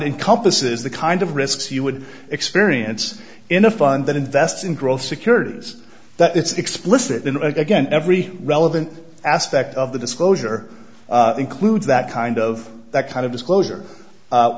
encompasses the kind of risks you would experience in a fund that invests in growth securities that it's explicit in again every relevant aspect of the disclosure includes that kind of that kind of disclosure